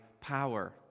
power